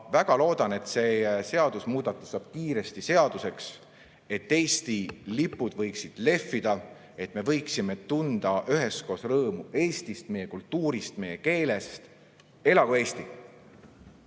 väga loodan, et see seadusemuudatus saab kiiresti seaduseks, et Eesti lipud võiksid lehvida ning et me võiksime tunda üheskoos rõõmu Eestist, meie kultuurist ja meie keelest. Elagu Eesti!